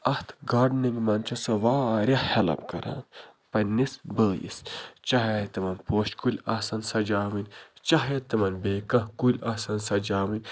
اَتھ گاڈنِنٛگ منٛز چھِ سۄ واریاہ ہٮ۪لٕپ کَران پنٛنِس بٲیِس چاہے تِمن پوشہِ کُلۍ آسَن سَجاوٕنۍ چاہے تِمن بیٚیہِ کانٛہہ کُلۍ آسَن سَجاوٕنۍ